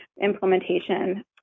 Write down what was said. implementation